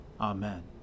Amen